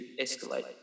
escalate